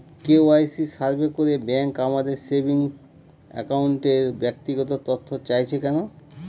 KYC survey করে bank আমাদের saving অ্যাকাউন্টের ব্যক্তিগত তথ্য চাইছে কেন?